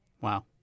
Wow